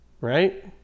right